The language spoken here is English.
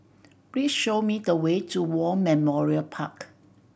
please show me the way to War Memorial Park